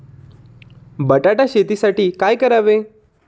बटाटा शेतीसाठी काय करावे?